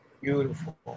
Beautiful